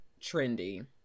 trendy